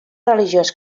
religiós